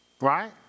right